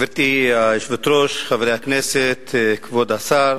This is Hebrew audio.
גברתי היושבת-ראש, חברי הכנסת, כבוד השר,